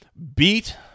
Beat